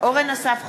אורן אסף חזן,